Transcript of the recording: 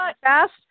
fast